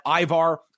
Ivar